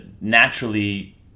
naturally